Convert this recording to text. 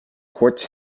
quartz